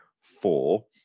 four